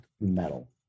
metal